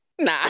Nah